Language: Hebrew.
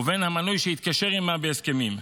ובין המנוי שהתקשר עימה בהסכמים.